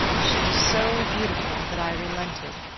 she was so beautiful that i relented.